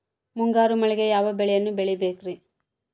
ಮುಂಗಾರು ಮಳೆಗೆ ಯಾವ ಬೆಳೆಯನ್ನು ಬೆಳಿಬೇಕ್ರಿ?